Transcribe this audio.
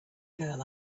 girl